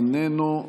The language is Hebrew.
איננו.